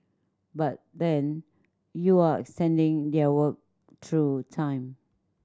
but then you're their work through time